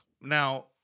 Now